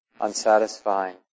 unsatisfying